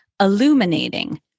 Illuminating